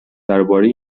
درباره